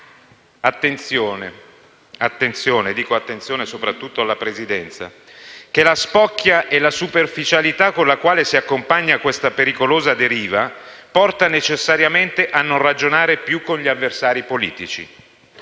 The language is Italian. Attenzione - mi rivolgo soprattutto alla Presidenza - che la spocchia e la superficialità con cui si accompagna questa pericolosa deriva portano necessariamente a non ragionare più con gli avversari politici,